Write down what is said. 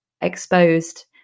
exposed